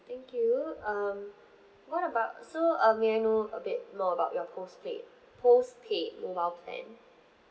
thank you um what about so uh may I know a bit more about your postpaid postpaid mobile plan